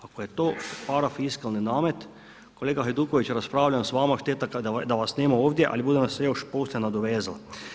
Ako je to parafiskalni namet, kolega Hajduković raspravljam s vama, šteta da vas nema ovdje ali budem vam se još poslije nadovezao.